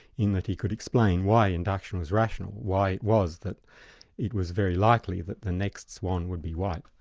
in that he could explain why induction was rational why it was that it was very likely that the next swan would be white.